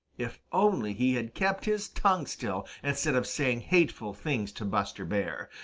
if only he had kept his tongue still instead of saying hateful things to buster bear!